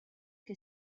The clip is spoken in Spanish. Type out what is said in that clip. que